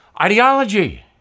Ideology